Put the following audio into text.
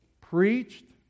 Preached